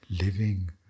living